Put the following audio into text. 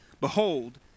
Behold